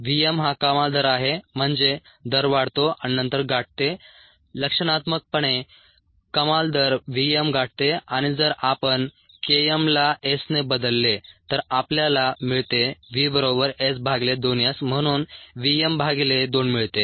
v m हा कमाल दर आहे म्हणजे दर वाढतो आणि नंतर गाठते लक्षणात्मकपणे कमाल दर v m गाठते आणि जर आपण K m ला S ने बदलले तर आपल्याला मिळते v बरोबर S भागिले 2 S म्हणून v m भागिले 2 मिळते